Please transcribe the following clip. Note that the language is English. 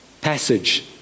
passage